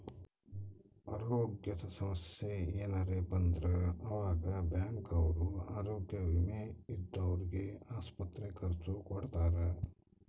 ಅರೋಗ್ಯದ ಸಮಸ್ಸೆ ಯೆನರ ಬಂದ್ರ ಆವಾಗ ಬ್ಯಾಂಕ್ ಅವ್ರು ಆರೋಗ್ಯ ವಿಮೆ ಇದ್ದೊರ್ಗೆ ಆಸ್ಪತ್ರೆ ಖರ್ಚ ಕೊಡ್ತಾರ